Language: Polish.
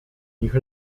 nich